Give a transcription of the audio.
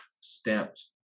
stamped